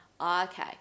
Okay